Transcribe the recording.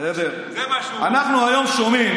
זה מה שהוא רוצה.